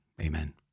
amen